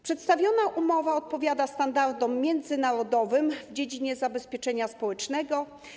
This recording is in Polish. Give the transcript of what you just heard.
Przedstawiona umowa odpowiada standardom międzynarodowym w dziedzinie zabezpieczenia społecznego.